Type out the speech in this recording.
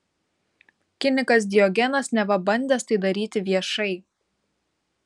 kinikas diogenas neva bandęs tai daryti viešai